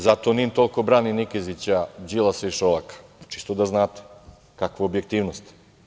Zato „NIN“ toliko brani Nikezića, Đilasa i Šolaka, čisto da znate, kakva objektivnost.